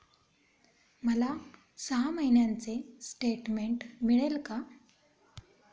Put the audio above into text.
मला सहा महिन्यांचे स्टेटमेंट मिळेल का?